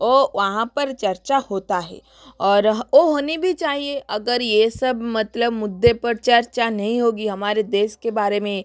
वो वहाँ पर चर्चा होता है और वो होनी भी चाहिए अगर ये सब मतलब मुद्दे पर चर्चा नही होगी हमारे देश के बारे में